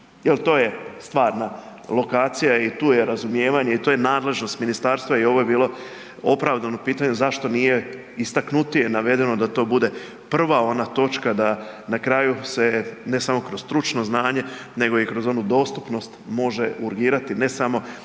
to je stvarna lokacija i tu je razumijevanje i to nadležnost ministarstva i ovo je bilo opravdano pitanje, zašto nije istaknutije navedeno da to bude prva ona točka da na kraju se ne samo kroz stručno znanje nego i kroz onu dostupnost može urgirati ne samo